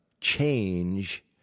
change